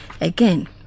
Again